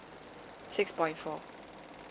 six point four